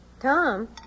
Tom